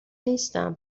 نیستم